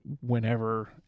whenever